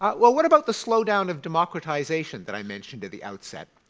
what what about the slow down of democratization that i mentioned at the outset?